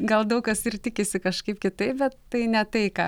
gal daug kas ir tikisi kažkaip kitaip bet tai ne tai ką